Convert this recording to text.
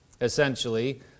essentially